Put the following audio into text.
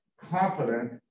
confident